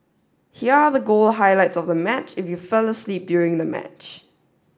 here are the goal highlights of the match if you fell asleep during the match